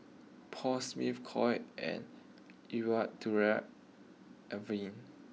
Paul Smith Koi and Eau Avene